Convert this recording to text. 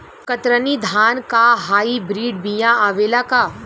कतरनी धान क hybrid बिया आवेला का?